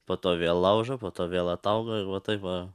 po to vėl laužo po to vėl atauga ir va taip va